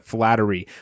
Flattery